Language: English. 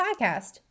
Podcast